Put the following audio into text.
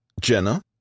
Jenna